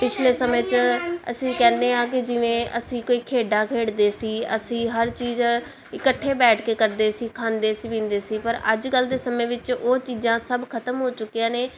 ਪਿਛਲੇ ਸਮੇਂ 'ਚ ਅਸੀਂ ਕਹਿੰਦੇ ਹਾਂ ਕਿ ਜਿਵੇਂ ਅਸੀਂ ਕੋਈ ਖੇਡਾਂ ਖੇਡਦੇ ਸੀ ਅਸੀਂ ਹਰ ਚੀਜ਼ ਇਕੱਠੇ ਬੈਠ ਕੇ ਕਰਦੇ ਸੀ ਖਾਂਦੇ ਸੀ ਪੀਂਦੇ ਸੀ ਪਰ ਅੱਜ ਕੱਲ ਦੇ ਸਮੇਂ ਵਿੱਚ ਉਹ ਚੀਜ਼ਾਂ ਸਭ ਖਤਮ ਹੋ ਚੁੱਕੀਆਂ ਨੇ